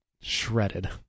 shredded